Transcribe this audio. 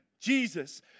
Jesus